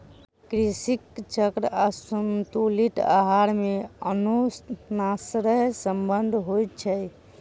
कृषि चक्र आसंतुलित आहार मे अन्योनाश्रय संबंध होइत छै